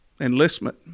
enlistment